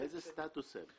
זהות אפילו.